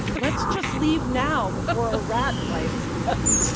let's just leave now before a rat bites us.